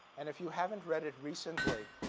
and if you haven't read it recently,